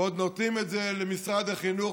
ועוד נותנים למשרד החינוך,